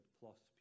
plus